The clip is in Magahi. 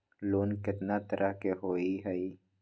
लोन केतना तरह के होअ हई?